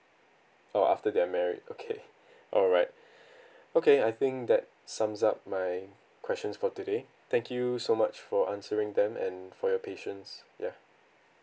oh after they're married okay alright okay I think that sums up my questions for today thank you so much for answering them and for your patience ya